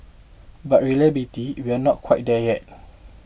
but reliability we are not quite there yet